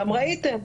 גם ראיתם,